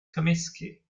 comiskey